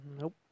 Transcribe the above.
Nope